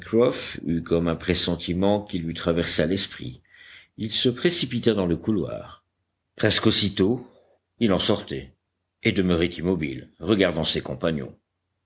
comme un pressentiment qui lui traversa l'esprit il se précipita dans le couloir presque aussitôt il en sortait et demeurait immobile regardant ses compagnons